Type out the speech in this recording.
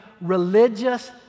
religious